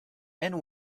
and